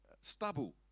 stubble